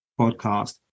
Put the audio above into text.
podcast